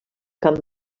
camp